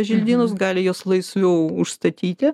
želdynus gali juos laisviau užstatyti